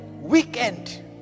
weekend